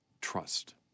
trust